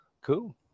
Cool